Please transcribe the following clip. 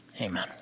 Amen